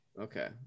Okay